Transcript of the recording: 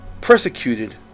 persecuted